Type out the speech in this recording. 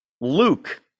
Luke